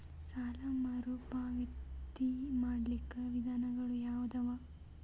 ಸಾಲ ಮರುಪಾವತಿ ಮಾಡ್ಲಿಕ್ಕ ವಿಧಾನಗಳು ಯಾವದವಾ?